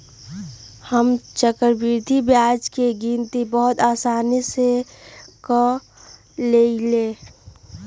हम चक्रवृद्धि ब्याज के गिनति बहुते असानी से क लेईले